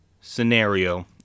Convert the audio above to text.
scenario